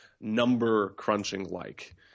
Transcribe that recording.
number-crunching-like